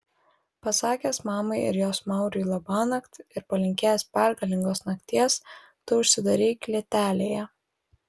pasakęs mamai ir jos mauriui labanakt ir palinkėjęs pergalingos nakties tu užsidarei klėtelėje